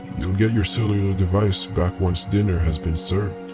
you'll get your cellular device back once dinner has been served,